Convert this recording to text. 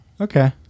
okay